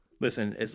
listen